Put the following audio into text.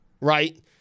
right